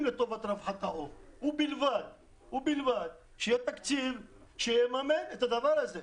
ולטובת רווחת העוף ובלבד שיהיה תקציב שיממן את הדבר הזה.